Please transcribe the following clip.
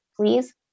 please